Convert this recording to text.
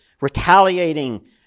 retaliating